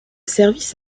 service